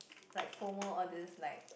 like formal all this like